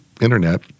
internet